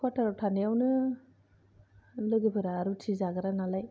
क्वाटाराव थानायावनो लोगोफोरा रुटि जाग्रा नालाय